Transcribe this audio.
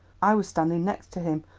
i was standing next him.